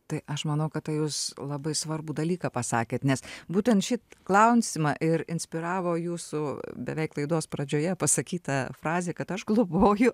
tai aš manau kad tai jūs labai svarbų dalyką pasakėt nes būtent šį klausimą ir inspiravo jūsų beveik laidos pradžioje pasakyta frazė kad aš globoju